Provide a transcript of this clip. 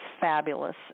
fabulous